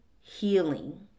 healing